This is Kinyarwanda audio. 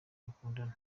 bakundana